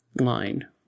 line